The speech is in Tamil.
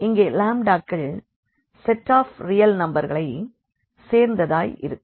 இங்கே லேம்டாக்கள் செட் ஆஃப் ரியல் நம்பர் களை சேர்ந்ததாய் இருக்கும்